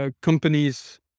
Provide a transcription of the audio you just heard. Companies